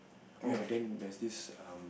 oh ya then there's this um